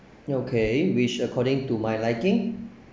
okay which according to my liking